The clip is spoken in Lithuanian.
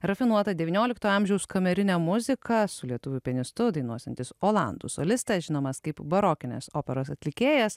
rafinuotą devyniolikto amžiaus kamerinę muziką su lietuvių pianistu dainuosiantis olandų solistas žinomas kaip barokinės operos atlikėjas